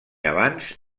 abans